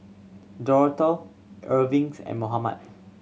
Dorotha Erving's and Mohammed